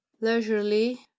leisurely